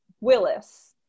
Willis